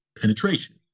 penetration